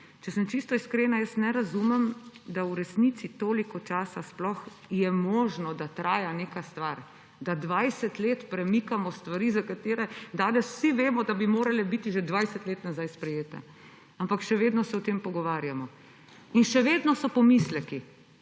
Če sem čisto iskrena, jaz ne razumem, da v resnici je sploh možno, da toliko časa traja neka stvar, da 20 let premikamo stvari, za katere danes vsi vemo, da bi morale biti že 20 let nazaj sprejete, ampak še vedno se o tem pogovarjamo in še vedno so pomisleki,